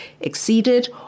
exceeded